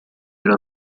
era